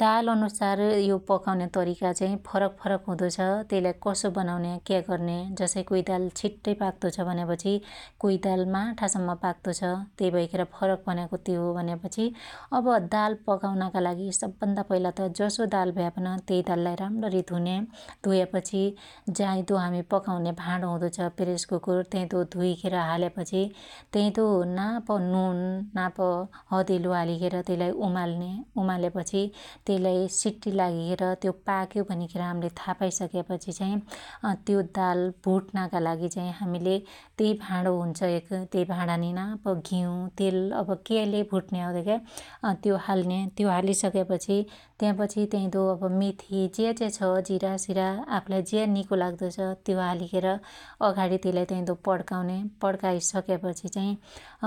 दाल अनुसार यो पकाउन्या तरीका चाइ फरक फरक हुदो छ । त्यइलाई कसो बनाउन्या क्या गर्न्या जसै कोई दाल छिट्टै पाक्तो छ भन्यापछि काई दात माठा सम्म पाक्तो छ । त्यई भैखेर फरक त्यो हो भन्या पछि अब दाल पकाउनाका लागी सब भन्दा पईला त जसो दाल भयापन त्यई दाललाई राम्णी धुन्या, धुयापछि जाइदो हामि पकाउन्या भाणो हुदो छ प्रेसकुकुर त्याईदो धुईखेर हाल्यापछि त्याईदो नाप नुन, नाप हदेलो हालिखेर त्यइलाई उमाल्न्या उमाल्यापछि त्यइलाई सिट्टि लागिखेर त्यो पाक्यो भनिखेर हाम्ले थापाई सक्यापछि चाई अत्यो दाल भुट्नाका लागि चाइ हामीले त्यई भाणो हुन्छ एक, त्यई भाणानी नाप घिउ, तेल, अब क्याले भुट्न्या हो धेक्या अत्यो हाल्न्या त्यो हालिसक्यापछि त्या पछि त्याइदो अब मेथी ज्याज्या छ जिरासिरा आफुलाई ज्या निको लाग्दो छ त्यो हालिखेर अघाणी त्यइलाई त्याइदो पणकाउन्या पणकाइसक्यापछि चाहि